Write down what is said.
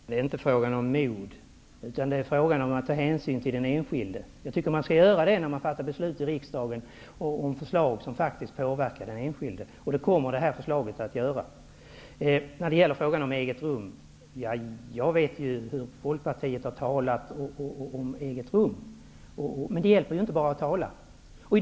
Herr talman! Det är inte fråga om mod utan om att ta hänsyn till den enskilde. Jag tycker att man skall göra det när man fattar beslut i riksdagen om förslag som faktiskt påverkar den enskilde, och det kommer detta förslag att göra. Jag vet vidare hur Folkpartiet har talat om eget rum, men det gäller inte bara att tala.